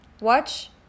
Watch